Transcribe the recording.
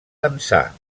ençà